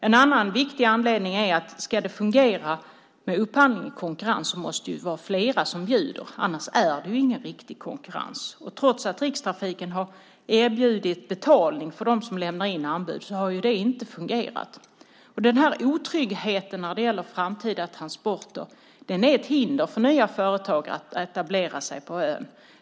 En annan viktig anledning är att om det ska fungera med upphandling och konkurrens måste det vara flera som bjuder, annars är det ju ingen riktig konkurrens. Trots att Rikstrafiken har erbjudit betalning till dem som lämnar in anbud har det inte fungerat. Otryggheten när det gäller framtida transporter är ett hinder för nya företag att etablera sig på ön.